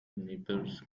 neighbors